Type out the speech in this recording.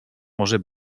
może